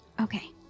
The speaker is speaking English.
Okay